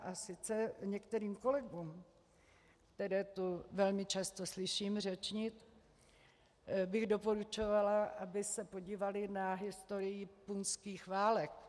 A sice některým kolegům, které tu velmi často slyším řečnit, bych doporučovala, aby se podívali na historii punských válek.